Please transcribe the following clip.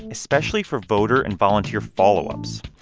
especially for voter and volunteer follow ups.